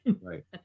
right